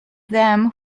them